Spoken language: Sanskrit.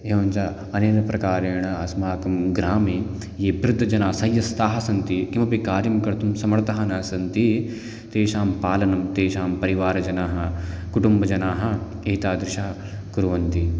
एवञ्च अनेन प्रकारेण अस्माकं ग्रामे ये वृद्धजनाः शय्यस्ताः सन्ति किमपि कार्यं कर्तुं समर्थाः न सन्ति तेषां पालनं तेषां परिवारजनाः कुटुम्बजनाः एतादृशं कुर्वन्ति